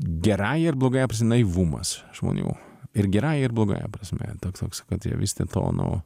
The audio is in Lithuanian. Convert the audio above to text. gerąja ar blogąja prasme naivumas žmonių ir gerąja ir blogąja prasme toks toks kad jie vis dėlto nu